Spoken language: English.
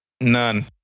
None